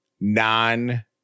non